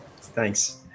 Thanks